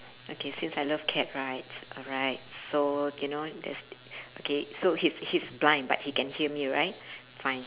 okay since I love cat right alright so you know there's okay he's he's blind but he can hear me right fine